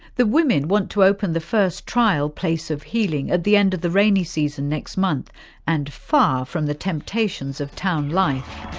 the women want to open the first trial place of healing at the end of the rainy season next month and far from the temptations of town life.